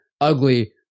ugly